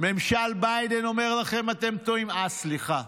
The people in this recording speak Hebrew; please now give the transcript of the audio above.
ממשל ביידן אומר לכם: אתם טועים, אה, סליחה,